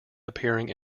appearing